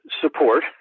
support